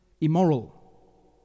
Immoral